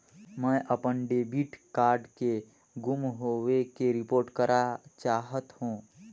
मैं अपन debit card के गुम होवे के रिपोर्ट करा चाहत हों